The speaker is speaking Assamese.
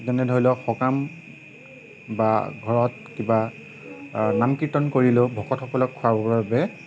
যেনে ধৰি লওঁক সকাম বা ঘৰত কিবা নাম কীৰ্তন কৰিলেও ভকতসকলক খুৱাবৰ বাবে